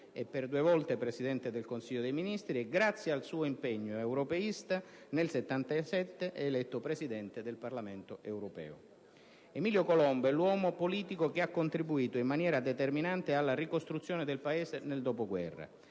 È per due volte Presidente del Consiglio dei ministri e, grazie al suo impegno europeista, nel 1977 è eletto Presidente del Parlamento europeo. Emilio Colombo è l'uomo politico che ha contribuito in maniera determinante alla ricostruzione del Paese nel dopoguerra,